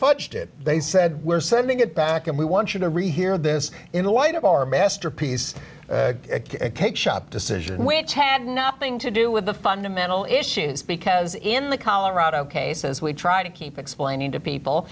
fudged it they said we're sending it back and we want you to rehear this in light of our masterpiece cake shop decision which had nothing to do with the fundamental issues because in the colorado case as we try to keep explaining to people